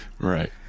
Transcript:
Right